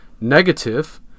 negative